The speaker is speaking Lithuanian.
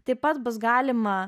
taip pat bus galima